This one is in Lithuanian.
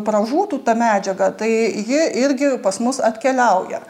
pražūtų ta medžiaga tai ji irgi pas mus atkeliauja